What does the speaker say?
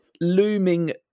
looming